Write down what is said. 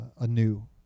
anew